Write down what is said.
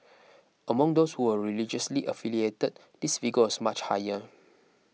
among those who were religiously affiliated this figure was much higher